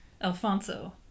Alfonso